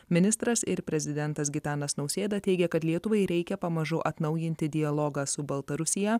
ministras ir prezidentas gitanas nausėda teigia kad lietuvai reikia pamažu atnaujinti dialogą su baltarusija